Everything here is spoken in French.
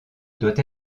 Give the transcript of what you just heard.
doit